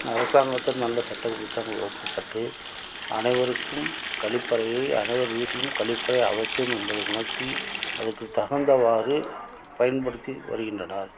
நல்ல சட்ட திட்டங்கள் வகுக்கப்பட்டு அனைவருக்கும் கழிப்பறையை அனைவர் வீட்டிலும் கழிப்பறை அவசியம் என்பதை உணர்த்தி அதற்கு தகுந்தவாறு பயன்படுத்தி வருகின்றனர்